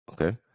Okay